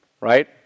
right